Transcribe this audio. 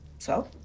so?